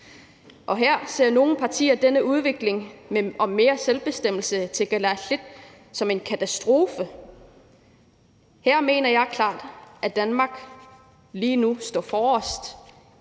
og her ser nogle partier denne udvikling med mere selvbestemmelse til kalaallit som en katastrofe. Her mener jeg klart, at Danmark lige nu står forrest